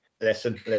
listen